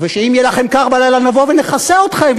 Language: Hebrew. ואם יהיה לכם קר בלילה נבוא ונכסה אתכם,